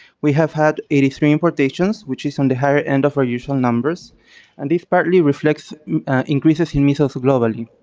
we have had eighty three importations which is on the higher end of our usual numbers and this partly reflects increases in measles globally.